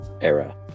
era